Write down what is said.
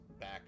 back